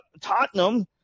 Tottenham